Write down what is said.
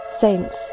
saints